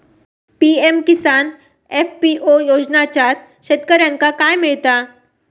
PM Kisan FPO योजनाच्यात शेतकऱ्यांका काय मिळता?